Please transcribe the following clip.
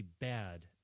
bad